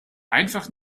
einfach